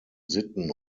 sitten